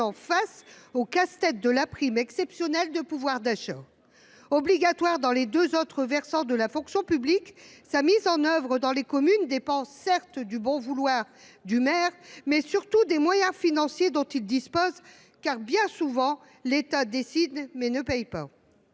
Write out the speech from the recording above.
face au casse tête de la prime exceptionnelle de pouvoir d’achat ! Obligatoire dans les deux autres versants de la fonction publique, sa mise en œuvre dans les communes dépend, certes, du bon vouloir du maire, mais surtout des moyens financiers dont il dispose, car, bien souvent, l’État décide, mais ne paie pas.